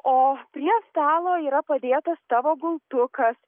o prie stalo yra padėtas tavo gultukas